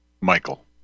Michael